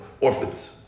orphans